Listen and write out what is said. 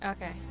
Okay